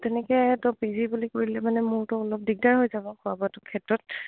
তেনেকে ত' P G বুলি কৰিলে মানে মোৰতো অলপ দিগদাৰ হৈ যাব খোৱা বােৱাটো ক্ষেত্ৰত